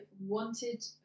wanted